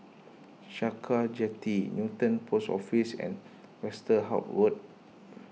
Sakra Jetty Newton Post Office and Westerhout Road